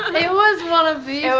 um it was one of the